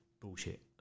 Bullshit